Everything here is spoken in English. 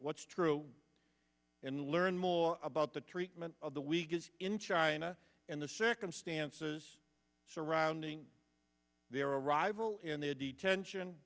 what's true and learn more about the treatment of the week is in china and the circumstances surrounding their arrival in their detention